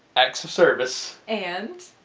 acts of service. and?